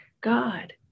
God